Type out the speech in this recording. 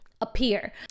appear